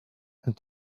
and